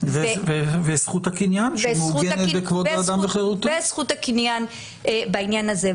---- וזכות הקניין בעניין הזה.